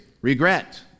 regret